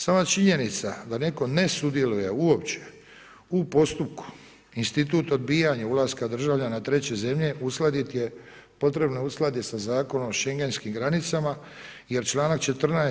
Sama činjenica da neko ne sudjeluje uopće u postupku institut odbijanja ulaska državljana treće zemlje potrebno je uskladiti sa Zakonom o schengenskim granicama jer članak 14.